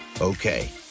Okay